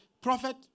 prophet